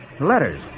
Letters